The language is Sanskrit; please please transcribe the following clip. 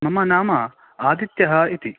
मम नाम आदित्यः इति